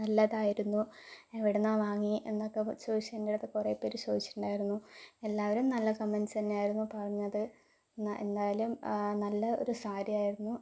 നല്ലതായിരുന്നു എവിടുന്നാണ് വാങ്ങി എന്നൊക്കെ ചോദിച്ചു എൻ്റെ അടുത്ത് കുറെ പേര് ചോദിച്ചിട്ടുണ്ടായിരുന്നു എല്ലാവരും നല്ല കമന്റ്സ് തന്നെയായിരുന്നു പറഞ്ഞത് ന്ന ന്തായാലും നല്ല ഒരു സാരിയായിരുന്നു അത്